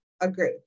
agree